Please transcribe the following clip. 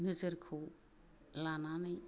नोजोरखौ लानानै